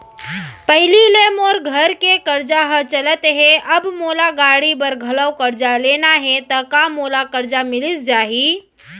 पहिली ले मोर घर के करजा ह चलत हे, अब मोला गाड़ी बर घलव करजा लेना हे ता का मोला करजा मिलिस जाही?